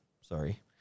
Sorry